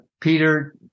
Peter